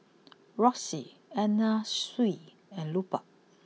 Roxy Anna Sui and Lupark